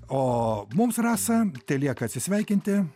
o mums rasa telieka atsisveikinti